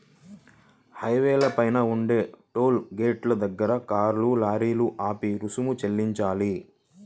హైవేల పైన ఉండే టోలు గేటుల దగ్గర కార్లు, లారీలు ఆపి రుసుము చెల్లించాలి